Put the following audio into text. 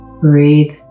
Breathe